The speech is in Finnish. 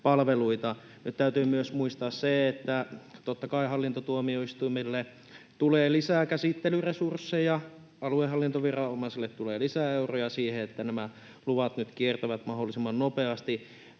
täytyy myös muistaa se, että totta kai hallintotuomioistuimille tulee lisää käsittelyresursseja, aluehallintoviranomaisille tulee lisäeuroja siihen, että nämä luvat nyt kiertävät mahdollisimman nopeasti.